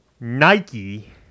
Nike